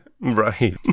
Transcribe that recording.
Right